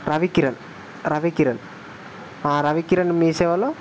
రవికిరణ్ రవికిరణ్ రవికిరణ్ మీ సేవలో